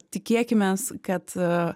tikėkimės kad